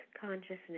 consciousness